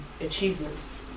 achievements